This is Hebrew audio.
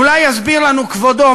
אולי יסביר לנו כבודו,